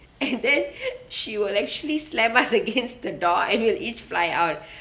and then she will actually slam us against the door and we'll each fly out